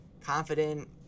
confident